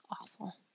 awful